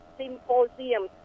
Symposium